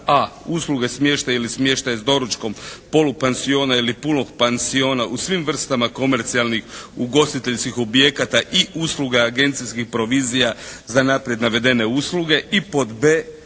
a) usluge smještaja ili smještaj s doručkom polupansiona ili punog pansiona u svim vrstama komercijalnih ugostiteljskih objekata i usluga agencijskih provizija za naprijed navedene usluge